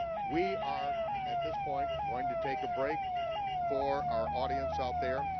we are, at this point, going to take a break for our audience out there,